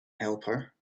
helper